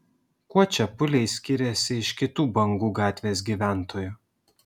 kuo čepuliai skyrėsi iš kitų bangų gatvės gyventojų